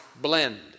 blend